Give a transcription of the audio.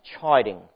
chiding